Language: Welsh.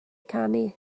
canu